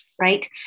Right